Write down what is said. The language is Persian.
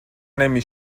نمی